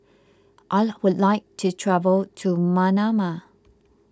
I would like to travel to Manama